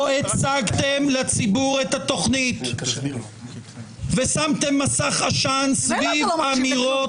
לא הצגתם לציבור את התכנית ושמתם מסך עשן סביב אמירות עמומות.